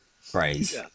phrase